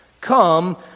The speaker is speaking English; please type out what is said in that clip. Come